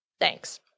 Thanks